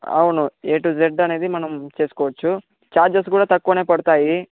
అవును A to Z అనేది మనం బుక్ చేసుకోవచ్చు ఛార్జెస్ కూడా తక్కువనే పడతాయి